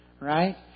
Right